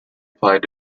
applied